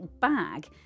bag